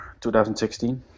2016